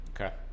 Okay